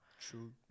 True